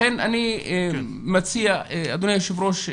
לכן אני מציע אדוני היושב ראש,